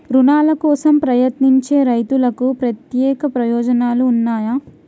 రుణాల కోసం ప్రయత్నించే రైతులకు ప్రత్యేక ప్రయోజనాలు ఉన్నయా?